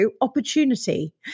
opportunity